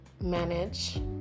manage